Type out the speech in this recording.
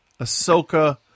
Ahsoka